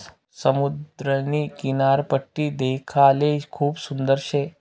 समुद्रनी किनारपट्टी देखाले खूप सुंदर शे